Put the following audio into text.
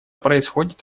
происходит